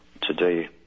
today